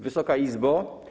Wysoka Izbo!